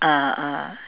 ah ah